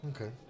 Okay